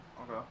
Okay